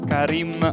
Karim